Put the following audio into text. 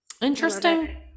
interesting